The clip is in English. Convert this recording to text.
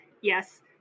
yes